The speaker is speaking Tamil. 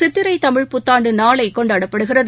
சித்திரைதமிழ் புத்தாண்டுநாளைகொண்டாடப்படுகிறது